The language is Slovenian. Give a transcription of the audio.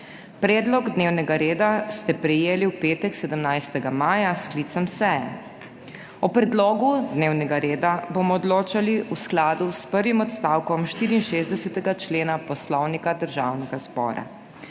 Predlog dnevnega reda ste prejeli v petek 17. maja s sklicem seje. O predlogu dnevnega reda bomo odločali v skladu s prvim odstavkom 64. člena Poslovnika Državnega zbora.